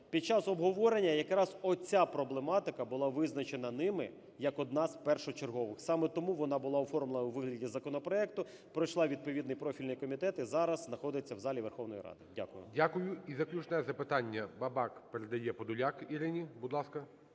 під час обговорення якраз оця проблематика була визначена ними як одна з першочергових. Саме тому вона була оформлена у вигляді законопроекту, пройшла відповідні профільні комітети, зараз знаходиться в залі Верховної Ради. Дякую. ГОЛОВУЮЧИЙ. Дякую. І заключне запитанн. Бабак передає Подоляк Ірині. Будь ласка.